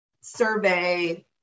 survey